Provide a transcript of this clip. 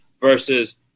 versus